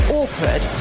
awkward